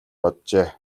боджээ